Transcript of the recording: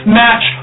match